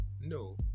No